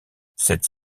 cette